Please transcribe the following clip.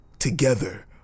Together